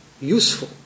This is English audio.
useful